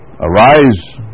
Arise